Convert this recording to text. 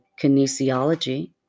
kinesiology